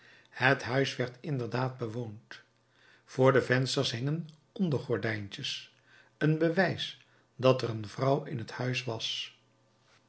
het huis werd inderdaad bewoond voor de vensters hingen ondergordijntjes een bewijs dat er een vrouw in t huis was